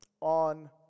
on